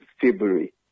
February